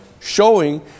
showing